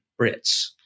Brits